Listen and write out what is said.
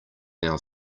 now